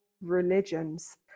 religions